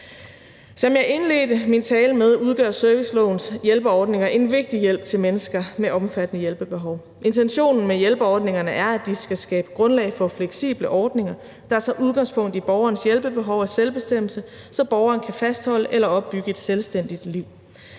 Som jeg indledte min tale med, udgør servicelovens hjælperordninger en vigtig hjælp til mennesker med omfattende hjælpebehov. Intentionen med hjælperordningerne er, at de skal skabe grundlag for fleksible ordninger, der tager udgangspunkt i borgerens hjælpebehov og selvbestemmelse, så borgeren kan fastholde eller opbygge et selvstændigt liv.